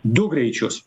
du greičius